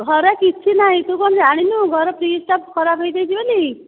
ଘରେ କିଛି ନାହିଁ ତୁ କ'ଣ ଜାଣିନୁ ଘର ଫ୍ରିଜ୍ଟା ଖରାପ ହୋଇଯାଇଛି ବୋଲି